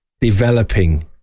developing